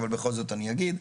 אבל בכל זאת אני אגיד.